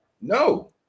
No